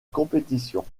compétition